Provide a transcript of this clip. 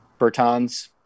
Bertans